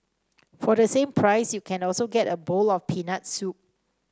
for the same price you can also get a bowl of peanut soup